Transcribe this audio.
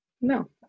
No